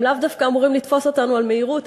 הם לאו דווקא אמורים לתפוס אותנו על מהירות.